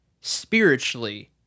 spiritually